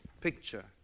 picture